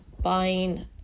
buying